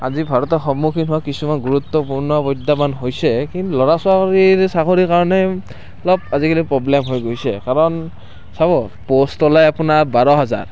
আজি ভাৰতে সন্মুখীন হোৱা কিছুমান গুৰুত্বপূৰ্ণ প্ৰত্যাহ্বান হৈছে কি ল'ৰা ছোৱালীৰ চাকৰি কাৰণে অলপ আজিকালি প্ৰব্লেম হৈ গৈছে কাৰণ চাব প'ষ্ট ওলায় আপোনাৰ বাৰ হাজাৰ